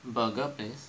burger place